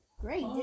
Great